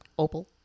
Opal